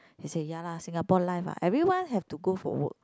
he say ya lah Singapore life lah everyone have to go for work